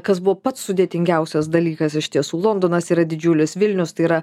kas buvo pats sudėtingiausias dalykas iš tiesų londonas yra didžiulis vilnius tai yra